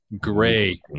gray